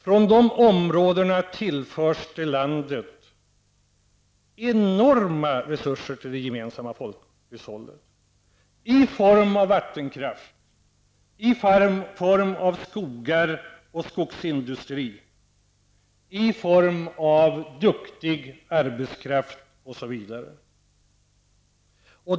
Från dessa områden tillförs vårt land enorma resurser till det gemensamma folkhushållet, i form av vattenkraft, av skogar och skogsindustri, av duktig arbetskraft, osv.